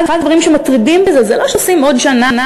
אחד הדברים שמטרידים בזה זה לא שעושים עוד שנה,